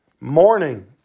morning